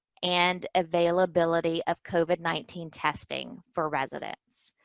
and availability of covid nineteen testing for residents.